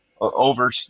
over